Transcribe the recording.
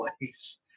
place